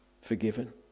forgiven